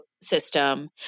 system